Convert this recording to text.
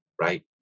right